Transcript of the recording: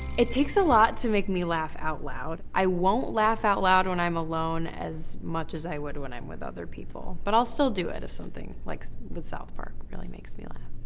it takes a lot to make me laugh out loud. i won't laugh out loud when i'm alone as much as i would when i'm with other people. but i'll still do it if something, like south park really makes me laugh.